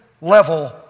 level